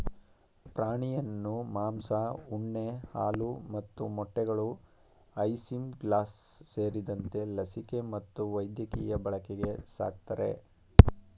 ಪ್ರಾಣಿಯನ್ನು ಮಾಂಸ ಉಣ್ಣೆ ಹಾಲು ಮತ್ತು ಮೊಟ್ಟೆಗಳು ಐಸಿಂಗ್ಲಾಸ್ ಸೇರಿದಂತೆ ಲಸಿಕೆ ಮತ್ತು ವೈದ್ಯಕೀಯ ಬಳಕೆಗೆ ಸಾಕ್ತರೆ